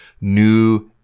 new